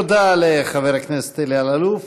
תודה לחבר הכנסת אלי אלאלוף.